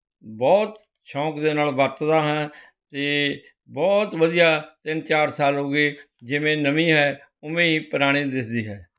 ਬਹੁਤ ਸ਼ੌਕ ਦੇ ਨਾਲ ਵਰਤਦਾ ਹਾਂ ਅਤੇ ਬਹੁਤ ਵਧੀਆ ਤਿੰਨ ਚਾਰ ਸਾਲ ਹੋ ਗਏ ਜਿਵੇਂ ਨਵੀਂ ਹੈ ਉਵੇਂ ਹੀ ਪੁਰਾਣੀ ਦਿੱਸਦੀ ਹੈ